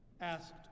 Asked